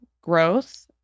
growth